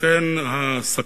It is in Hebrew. לכן, הסכנה.